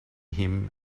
him